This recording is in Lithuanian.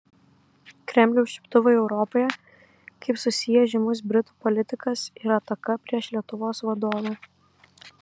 kremliaus čiuptuvai europoje kaip susiję žymus britų politikas ir ataka prieš lietuvos vadovę